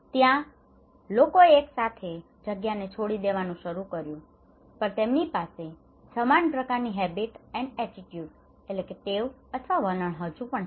ત્યાં તેથી લોકોએ એક સામાન્ય જગ્યાને છોડી દેવાનું શરૂ કર્યું પણ તેમની પાસે સમાન પ્રકારની habit and attitude habit and attitude ટેવ અથવા વલણ હજુ છે